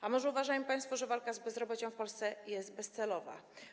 A może uważają państwo, że walka z bezrobociem w Polsce jest bezcelowa?